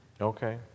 Okay